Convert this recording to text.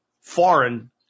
foreign